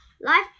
Life